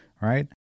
Right